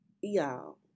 Y'all